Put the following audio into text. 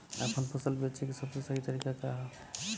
आपन फसल बेचे क सबसे सही तरीका का ह?